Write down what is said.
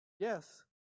Yes